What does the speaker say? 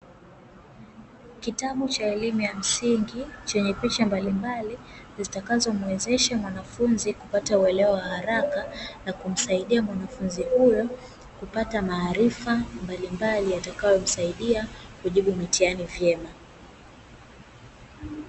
Kitabu cha elimu ya msingi chenye picha mbalimbali zitakazo muwezesha mwanafunzi kupata uelewa kwa haraka na kumsaidia mwanafunzi huyo kupata maarifa mbalimbali yatakayo msaidia kujibu mitihani vyema.